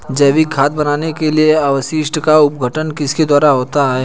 जैविक खाद बनाने के लिए अपशिष्टों का अपघटन किसके द्वारा होता है?